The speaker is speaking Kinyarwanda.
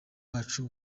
wacu